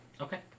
Okay